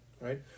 right